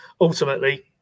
ultimately